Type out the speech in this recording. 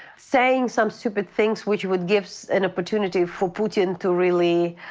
saying some stupid things which would give so an opportunity for putin to really,